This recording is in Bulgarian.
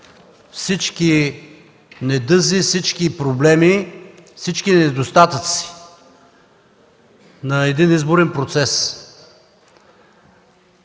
всички недъзи, всички проблеми, всички недостатъци на един изборен процес.